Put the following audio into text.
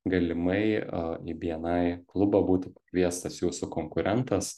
galimai į bni klubą būtų pakviestas jūsų konkurentas